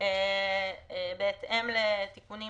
במקומות